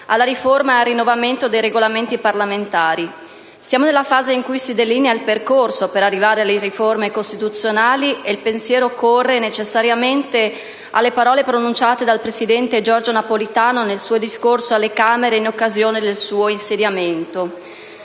alla riforma e al rinnovamento dei Regolamenti parlamentari. Siamo nella fase in cui si delinea il percorso per arrivare alle riforme costituzionali e il pensiero corre, necessariamente, alle parole pronunciate dal presidente Giorgio Napolitano nel suo discorso alle Camere in occasione del suo insediamento.